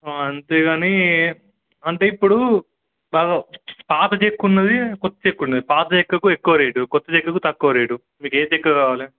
అంతేగాని అంటే ఇప్పుడు బాగా పాత చెక్క ఉన్నది కొత్త చెక్క ఉన్నది పాత చెక్కకు ఎక్కువ రేటు కొత్త చెక్కకు తక్కువ రేటు మీకు ఏ చెక్క కావాలి